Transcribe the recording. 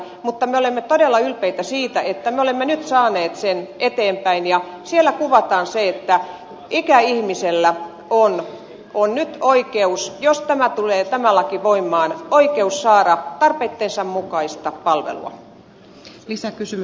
mutta me olemme todella ylpeitä siitä että me olemme nyt saaneet sen eteenpäin ja siellä kuvataan se että ikäihmisellä on nyt oikeus jos tämä laki tulee voimaan saada tarpeittensa mukaista palvelua